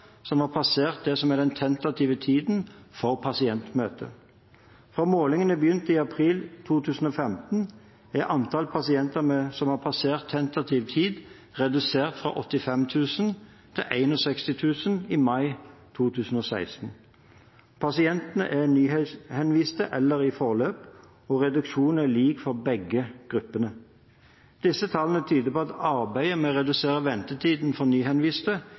som har passert det som er den tentative tiden for pasientmøte. Fra målingene begynte i april 2015, er antall pasienter som har passert tentativ tid, redusert fra 85 000 til 61 000 i mai 2016. Pasientene er nyhenviste eller i et forløp, og reduksjonen er lik for begge gruppene. Disse tallene tyder på at arbeidet med å redusere ventetiden for nyhenviste